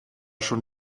schon